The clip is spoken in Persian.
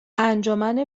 انجمن